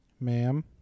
ma'am